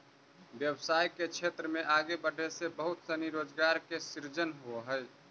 व्यवसाय के क्षेत्र में आगे बढ़े से बहुत सनी रोजगार के सृजन होवऽ हई